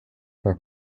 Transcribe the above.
for